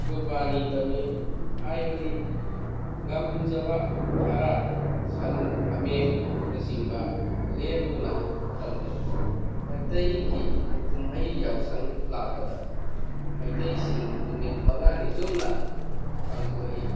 ꯀꯨꯔꯕꯥꯅꯤ ꯇꯧꯋꯤ ꯍꯥꯏꯕꯗꯤ ꯉꯝꯖꯕ ꯈꯔ ꯁꯟ ꯍꯥꯃꯦꯡꯅꯆꯤꯡꯕ ꯂꯦꯟꯗꯨꯅ ꯇꯧꯅꯩ ꯃꯩꯇꯩꯒꯤ ꯀꯨꯝꯍꯩ ꯌꯥꯎꯁꯪ ꯂꯥꯛꯄꯗ ꯃꯩꯇꯩꯁꯤꯡ ꯅꯨꯃꯤꯠ ꯃꯉꯥꯅꯤ ꯆꯨꯞꯅ ꯄꯥꯡꯊꯣꯛꯏ